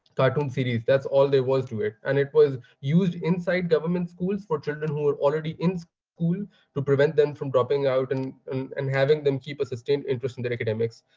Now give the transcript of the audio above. cartoon series. that's all there was to it. and it was used inside government schools for children who were already in school to prevent them from dropping out and and having them keep a sustained interest in their academics.